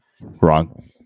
Wrong